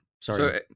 sorry